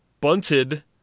bunted